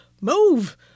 move